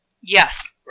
Yes